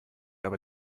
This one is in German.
aber